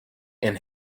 and